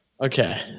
Okay